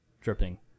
Dripping